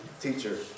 teacher